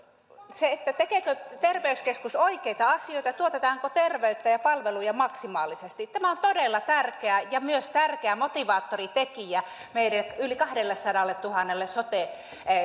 se tekeekö terveyskeskus oikeita asioita tuotetaanko terveyttä ja palveluja maksimaalisesti on todella tärkeää ja myös tärkeä motivaattoritekijä meidän yli kahdellesadalletuhannelle sote